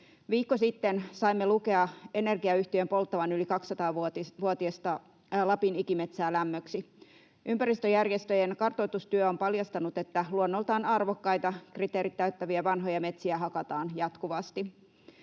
Viikko sitten saimme lukea energiayhtiön polttavan yli 200-vuotiasta Lapin ikimetsää lämmöksi. Ympäristöjärjestöjen kartoitustyö on paljastanut, että luonnoltaan arvokkaita, kriteerit täyttäviä vanhoja metsiä hakataan jatkuvasti.